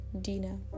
Dina